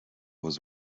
was